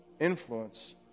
influence